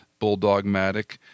bulldogmatic